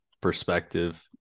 perspective